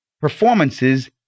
performances